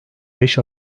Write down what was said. beş